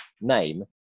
name